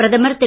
பிரதமர் திரு